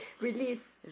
Release